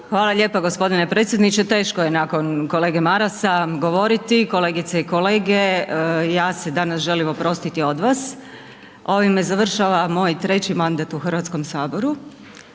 Hvala lijepa g. predsjedniče. Teško je nakon kolege Marasa govorit. Kolegice i kolege ja se danas želim oprostiti od vas. Ovime završava moj treći mandat u Hrvatskom saboru.